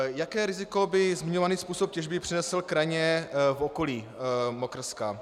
Jaké riziko by zmiňovaný způsob těžby přinesl krajině v okolí Mokrska?